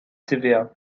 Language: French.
tva